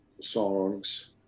songs